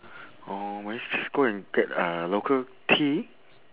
oh let's just go and get uh local tea